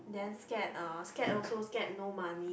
then scared uh scared also scared no money